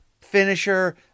finisher